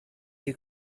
you